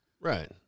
right